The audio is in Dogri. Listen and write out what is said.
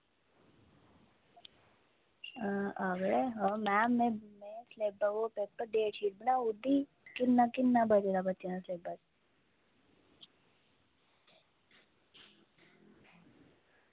आवेओ मैम में किन्ना बचे दा बच्चें दा सिलेब्स